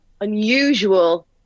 unusual